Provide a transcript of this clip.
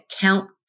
count